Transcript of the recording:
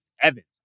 Evans